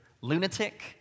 lunatic